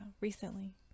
recently